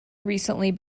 recently